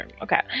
okay